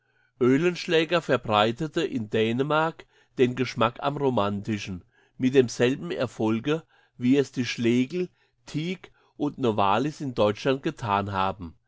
oehlenschläger verbreitete in dänemark den geschmack am romantischen mit demselben erfolge wie es die schlegel tiek und novalis in deutschland gethan haben